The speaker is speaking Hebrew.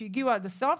שהגיעו עד הסוף,